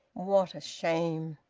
what a shame!